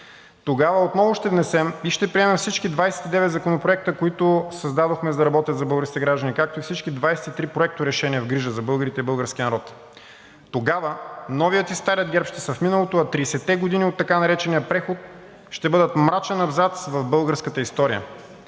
Тогава отново ще внесем и ще приемем всички 29 законопроекта, които създадохме, за да работят за българските граждани, както и всички 23 проекторешения в грижа за българите и за българския народ. Тогава новият и старият ГЕРБ ще са в миналото, а 30-те години от така наречения преход ще бъдат мрачен абзац в българската история.